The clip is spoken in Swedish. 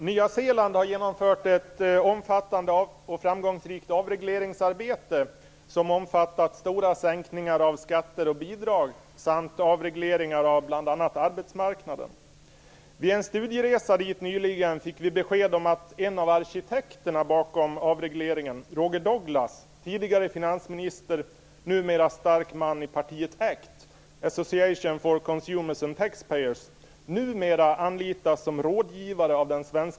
Fru talman! I Nya Zeeland har ett omfattande och framgångsrikt avregleringsarbete genomförts som omfattat stora sänkningar av skatter och bidrag samt avregleringar av bl.a. arbetsmarknaden. Vid en studieresa dit nyligen fick vi beskedet att en av arkitekterna bakom avregleringen, Roger Taxpayers - numera av den svenska regeringen anlitas som rådgivare.